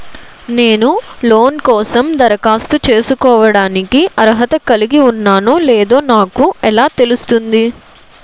నేను లోన్ కోసం దరఖాస్తు చేసుకోవడానికి అర్హత కలిగి ఉన్నానో లేదో నాకు ఎలా తెలుస్తుంది?